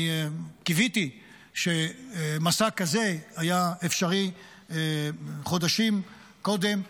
קיוויתי שמסע כזה יהיה אפשרי חודשים קודם,